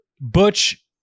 Butch